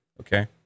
Okay